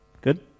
Good